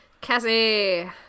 Cassie